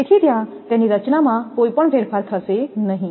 તેથી ત્યાં તેની રચનામાં કોઈપણ ફેરફાર થશે નહીં